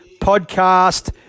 podcast